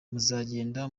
muzagenda